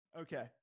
Okay